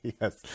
Yes